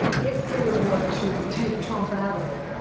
if they were to take trump out of it,